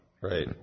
Right